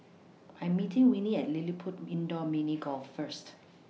I Am meeting Winnie At LilliPutt Indoor Mini Golf First